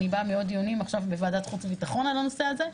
אני באה מעוד דיונים עכשיו בוועדת החוץ והביטחון על הנושא הזה,